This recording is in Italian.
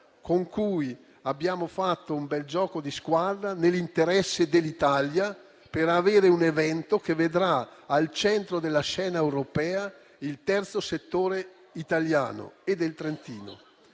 con cui abbiamo fatto un bel gioco di squadra nell'interesse dell'Italia per avere un evento che vedrà al centro della scena europea il terzo settore italiano e del Trentino.